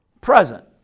Present